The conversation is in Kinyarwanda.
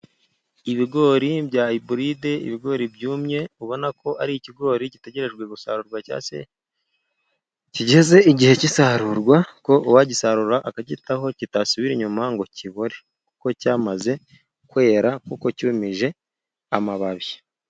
Ibigori bya ibulide, ibigori byumye, ubona ko ari ikigori gitegerejwe gusarurwa cyangwa se kigeze igihe cy'isarurwa, ko uwagisarura akakitaho kitasubira inyuma ngo kibore. Kuko cyamaze kwera, kuko cyumije amababi.